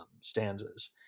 stanzas